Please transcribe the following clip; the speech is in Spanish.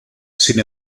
sin